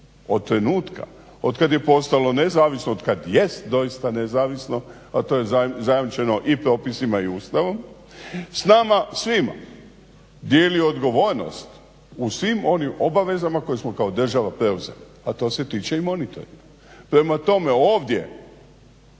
od trenutka od kad je postalo nezavisno, od kad jest doista nezavisno, a to je zajamčeno i propisima i Ustavom s nama svima dijeli odgovornost u svim onim obavezama koje smo kao država preuzeli, a to se tiče i monitoringa. Prema tome, ovdje